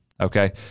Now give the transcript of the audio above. Okay